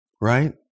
Right